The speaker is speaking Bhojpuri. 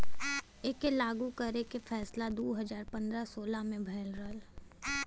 एके लागू करे के फैसला दू हज़ार पन्द्रह सोलह मे भयल रहल